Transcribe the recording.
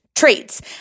traits